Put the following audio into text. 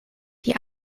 die